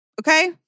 okay